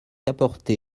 apporter